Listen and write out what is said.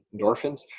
endorphins